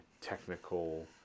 technical